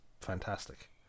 fantastic